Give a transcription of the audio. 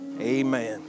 amen